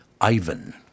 Ivan